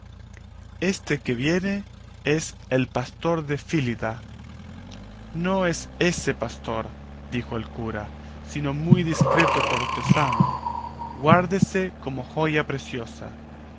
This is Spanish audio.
este que viene es el pastor de fílida no es ése pastor dijo el cura sino muy discreto cortesano guárdese como joya preciosa